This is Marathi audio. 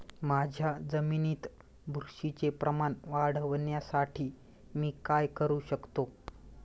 माझ्या जमिनीत बुरशीचे प्रमाण वाढवण्यासाठी मी काय करू शकतो?